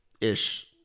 ish